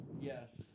Yes